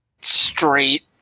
straight